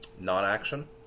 non-action